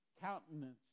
countenance